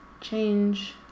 change